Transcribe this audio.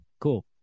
cool